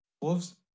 Wolves